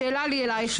שאלה לי אלייך,